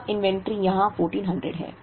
अब इन्वेंट्री यहां 1400 है